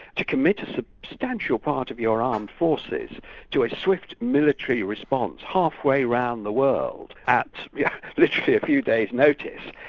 ah commit a substantial part of your armed forces to a swift military response half way around the world, at yeah literally a few days' notice,